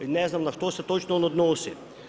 Ne znam na što se točno on odnosi.